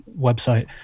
website